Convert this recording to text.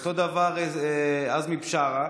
אותו דבר עזמי בשארה,